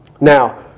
Now